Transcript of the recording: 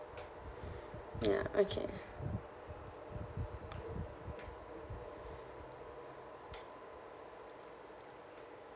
ya okay